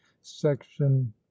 section